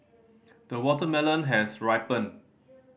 the watermelon has ripened